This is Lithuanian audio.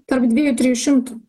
tarp dviejų trijų šimtų